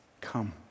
come